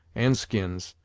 and skins,